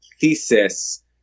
thesis